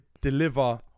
deliver